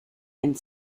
and